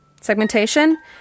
segmentation